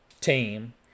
team